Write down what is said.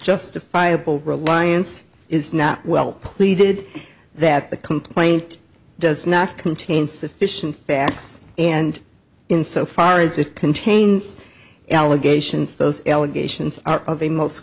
justifiable reliance is not well pleaded that the complaint does not contain sufficient facts and in so far as it contains allegations those allegations are of a most